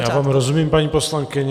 Já vám rozumím, paní poslankyně.